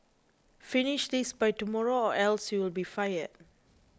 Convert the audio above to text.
finish this by tomorrow or else you'll be fired